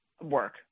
work